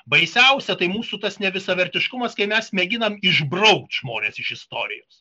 baisiausia tai mūsų tas nevisavertiškumas kai mes mėginam išbraukt žmones iš istorijos